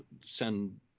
send